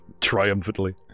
triumphantly